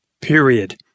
period